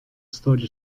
storia